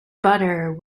butter